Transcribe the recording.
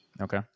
Okay